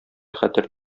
хәтер